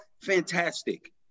fantastic